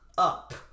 Up